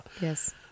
Yes